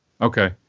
Okay